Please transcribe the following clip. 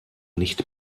nicht